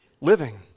Living